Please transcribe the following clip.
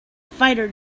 fighter